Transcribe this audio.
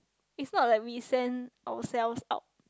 is not like we send ourselves out